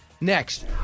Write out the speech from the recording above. Next